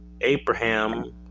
Abraham